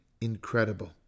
incredible